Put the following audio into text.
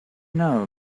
know